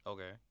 Okay